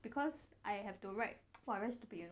because I have to write !wah! very stupid you know